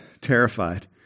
terrified